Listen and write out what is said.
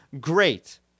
great